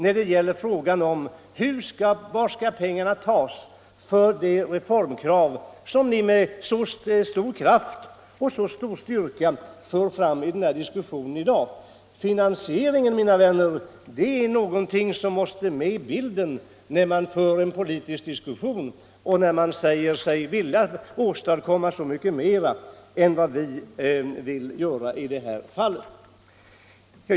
Var skall pengarna tas för tillgodoseende av de reformkrav som ni med så stor styrka för fram i denna debatt i dag? Finansieringen, mina vänner, är någonting som måste med i bilden, när man för en politisk diskussion och säger sig vilja åstadkomma så mycket mer än vad vi socialdemokrater gör i detta fall.